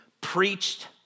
preached